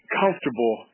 comfortable